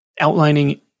outlining